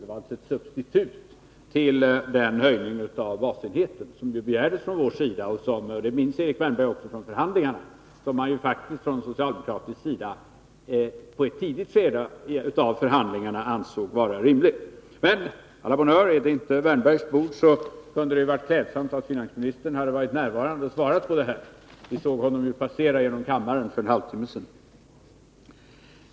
Det var alltså ett substitut till den höjning av basenheten som vi begärde och som socialdemokraterna — det torde Erik Wärnberg minnas från förhandlingarna — faktiskt i ett tidigt skede av förhandlingarna ansåg rimlig. Men å la bonne heure — är det inte Erik Wärnbergs bord kunde det ha varit klädsamt om finansministern varit närvarande och svarat på frågorna. Vi såg honom passera genom kammaren för en halvtimme sedan.